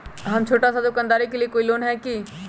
हम छोटा सा दुकानदारी के लिए कोई लोन है कि?